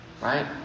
Right